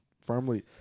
firmly